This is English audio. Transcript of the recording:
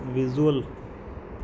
visual